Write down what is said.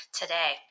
today